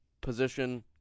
position